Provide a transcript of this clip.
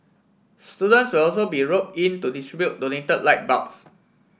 students will also be rop in to distribute donated light bulbs